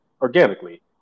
Organically